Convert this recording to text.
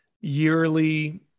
yearly